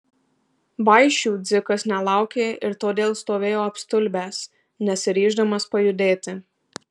vaišių dzikas nelaukė ir todėl stovėjo apstulbęs nesiryždamas pajudėti